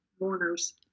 mourners